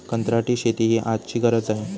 कंत्राटी शेती ही आजची गरज आहे